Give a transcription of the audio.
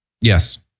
Yes